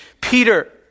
Peter